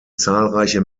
zahlreiche